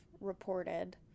reported